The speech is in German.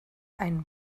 ein